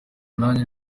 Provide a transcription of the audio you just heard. nanjye